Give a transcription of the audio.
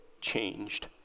changed